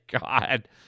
God